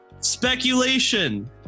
speculation